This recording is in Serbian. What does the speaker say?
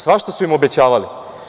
Svašta su im obećavali.